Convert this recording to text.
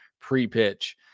pre-pitch